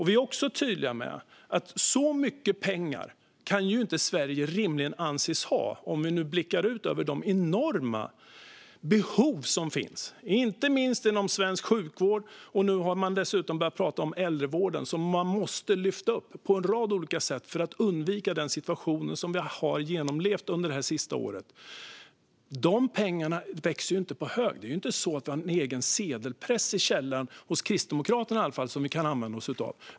Vi är också tydliga med att Sverige inte rimligen kan anses ha så mycket pengar, om vi nu blickar ut över de enorma behov som finns inte minst inom svensk sjukvård. Nu har man dessutom börjat tala om äldrevården som måste lyftas fram på en rad olika sätt för att undvika den situation som vi har genomlevt under det senaste året. Dessa pengar växer inte på hög. Det är inte så att vi har en egen sedelpress i källaren, i alla fall inte hos Kristdemokraterna, som vi kan använda oss av.